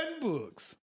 books